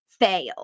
fail